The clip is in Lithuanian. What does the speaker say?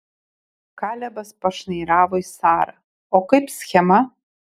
kalebas pašnairavo į sarą o kaip schema